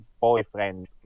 boyfriend